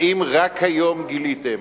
האם רק היום גיליתם